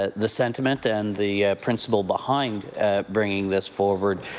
ah the sentiment and the principle behind bringing this forward